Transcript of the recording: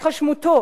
התחמשותו